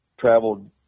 traveled